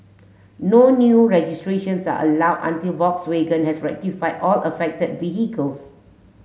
no new registrations allow until Volkswagen has rectify all affected vehicles